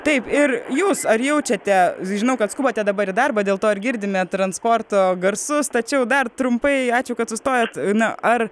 taip ir jūs ar jaučiate žinau kad skubate dabar darbą dėl to ir girdime transporto garsus tačiau dar trumpai ačiū kad sustojat na ar